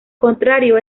contrario